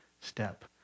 step